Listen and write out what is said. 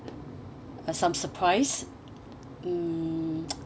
uh some surprise mm